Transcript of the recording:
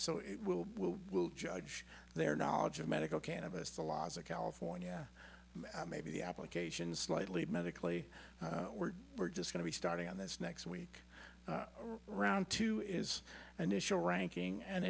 so it will we will judge their knowledge of medical cannabis the laws of california maybe the application slightly medically we're we're just going to be starting on this next week round two is an issue ranking and